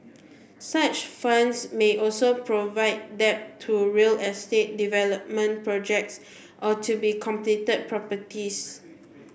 such funds may also provide debt to real estate development projects or to completed properties